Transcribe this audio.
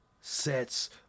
Sets